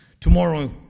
Tomorrow